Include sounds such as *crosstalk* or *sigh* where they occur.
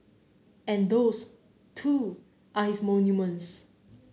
and those *noise* too are his monuments